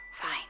Fine